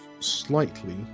slightly